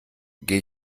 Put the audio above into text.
gehe